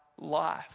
life